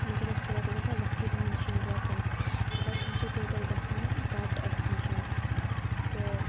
تِمَن چھِ گژھان تور چھِ گژھان وَتھٕے بَند شیٚن رٮ۪تَن مطلب تِم چھِ ٹوٹَل گژھان کَٹ اَسہِ نِش تہٕ